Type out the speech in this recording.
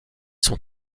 sont